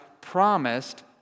promised